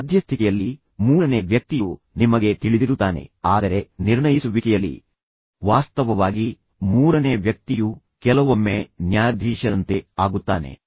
ಈಗ ಮಧ್ಯಸ್ಥಿಕೆಯಲ್ಲಿ ಸಾಮಾನ್ಯವಾಗಿ ಮೂರನೇ ವ್ಯಕ್ತಿಯು ನಿಮಗೆ ತಿಳಿದಿರುತ್ತಾನೆ ಆದರೆ ನಿರ್ಣಯಿಸುವಿಕೆಯಲ್ಲಿ ವಾಸ್ತವವಾಗಿ ಮೂರನೇ ವ್ಯಕ್ತಿಯು ಕೆಲವೊಮ್ಮೆ ನ್ಯಾಯಾಧೀಶರಂತೆ ಆಗುತ್ತಾನೆ